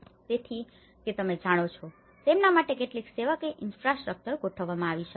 તેથી કે તમે જાણો છો તેમના માટે કેટલીક સેવાકીય ઇન્ફ્રાસ્ટ્રક્ચર ગોઠવવામાં આવી શકે છે